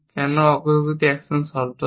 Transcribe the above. কেন অগ্রগতি অ্যাকশন শব্দ হয়